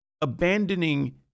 abandoning